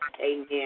Amen